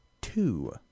two